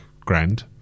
grand